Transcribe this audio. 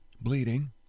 bleeding